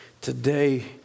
today